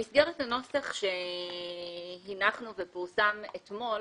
במסגרת הנוסח שהנחנו ופורסם אתמול,